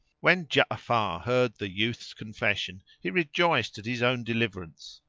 when ja'afar heard the youth's confession he rejoiced at his own deliverance.